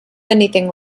anything